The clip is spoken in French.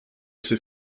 ses